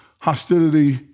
hostility